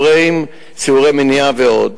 סיורי מניעה ועוד.